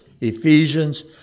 Ephesians